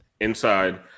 inside